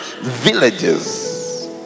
villages